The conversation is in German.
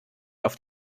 auf